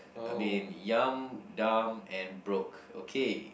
I mean young dumb and broke okay